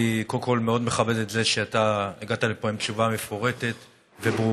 אני קודם כול מאוד מכבד את זה שאתה הגעת לפה עם תשובה מפורטת וברורה.